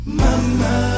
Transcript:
Mama